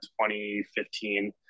2015